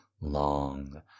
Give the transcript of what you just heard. long